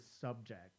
subject